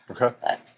Okay